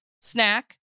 snack